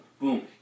boom